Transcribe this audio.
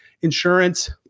insurance